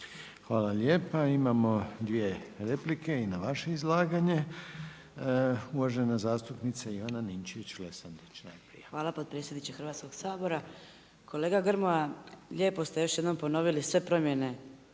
Hvala lijepa. Imamo dvije replike i na vaše izlaganje. Uvažena zastupnica Ivana Ninčević-Lesandrić. Izvolite. **Ninčević-Lesandrić, Ivana (MOST)** Hvala potpredsjedniče Hrvatskoga sabora. Kolega Grmoja lijepo ste još jednom ponovili sve promjene